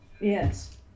Yes